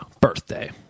birthday